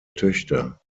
töchter